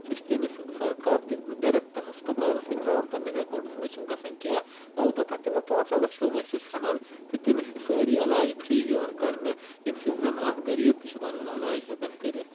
سُہ چھُ تٔمس سرکار ڈَریکٹ ہسپتالسٕے تراوان پَنٕنِس اکاؤنٹس منٛز چھُ نہٕ گژھان کیٚنٛہہ اَلبتہ تِمو پٲنٛژو لَچھو منٛز چھُس ژَھیٚنان تہٕ تٔمِس چھِ سٲری علاج فری یِوان کرنہٕ یمہِ سۭتۍ زَن اکھ غریٖب تہِ چھُ پَنُن علاج ہیٚکان کٔرِتھ